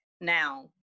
now